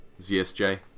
ZSJ